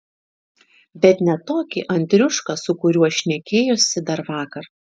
bet ne tokį andriušką su kuriuo šnekėjosi dar vakar